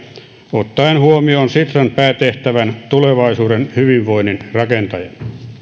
ottaen huomioon sitran päätehtävän tulevaisuuden hyvinvoinnin rakentajana